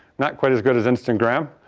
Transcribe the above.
not quite as good as instagram,